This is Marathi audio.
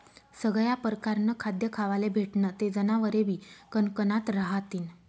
सगया परकारनं खाद्य खावाले भेटनं ते जनावरेबी कनकनात रहातीन